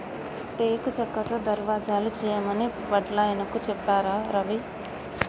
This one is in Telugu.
టేకు చెక్కతో దర్వాజలు చేయమని వడ్లాయనకు చెప్పారా రవి